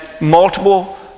multiple